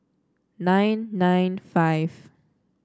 nine nine five